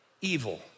evil